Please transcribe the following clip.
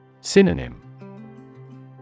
Synonym